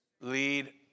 Lead